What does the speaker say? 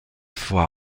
vor